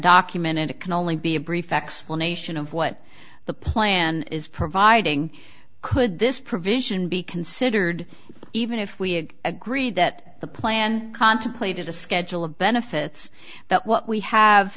documented it can only be a brief explanation of what the plan is providing could this provision be considered even if we agreed that the plan contemplated a schedule of benefits that what we have